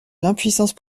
l’impuissance